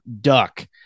Duck